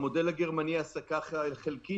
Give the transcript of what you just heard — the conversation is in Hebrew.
המודל הגרמני, העסקה חלקית